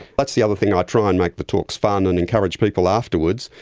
that's the other thing, i try and make the talks fun and encourage people afterwards.